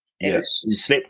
Yes